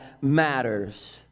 matters